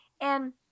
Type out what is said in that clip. And-